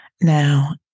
Now